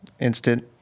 Instant